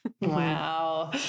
Wow